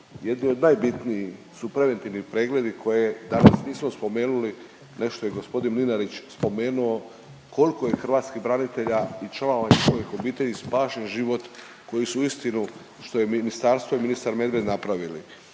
jedni od najbitnijih su preventivni pregledi koje danas nismo spomenuli, nešto je g. Mlinarić spomenuo, kolko je hrvatskih branitelja i članova njihovih obitelji spašen život koji su uistinu što je ministarstvo i ministar Medved napravili,